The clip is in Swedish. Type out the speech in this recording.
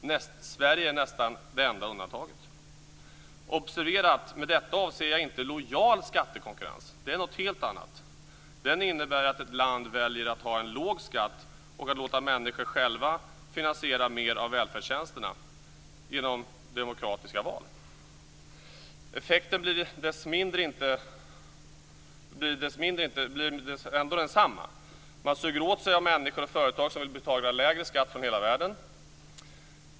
Sverige är nästan det enda undantaget. Observera att med detta avser jag inte lojal skattekonkurrens. Det är någonting helt annat. Det innebär att ett land väljer att ha en låg skatt och att låta människor själva finansiera mer av välfärdstjänsterna genom demokratiska val. Effekten blir ändå densamma. Man suger åt sig människor och företag som vill betala lägre skatt från hela världen.